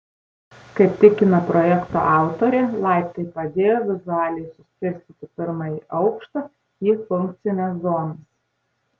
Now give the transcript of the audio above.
kaip tikina projekto autorė laiptai padėjo vizualiai suskirstyti pirmąjį aukštą į funkcines zonas